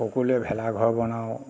সকলোৱে ভেলা ঘৰ বনাওঁ